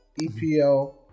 EPL